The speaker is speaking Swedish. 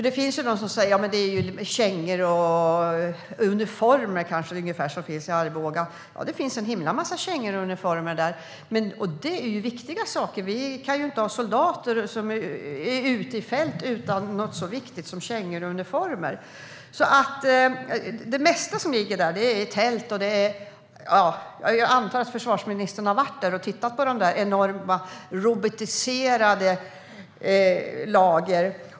Det finns de som säger att det är ungefär kängor och uniformer som finns i Arboga. Ja, det finns en himla massa kängor och uniformer där, och det är ju viktiga saker. Vi kan ju inte ha soldater som är ute i fält utan något så viktigt som kängor och uniformer. Det mesta som ligger där är tält. Jag antar att försvarsministern har varit där och tittat på detta enorma robotiserade lager.